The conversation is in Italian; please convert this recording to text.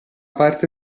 parte